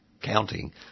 counting